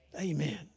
Amen